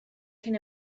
can